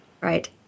right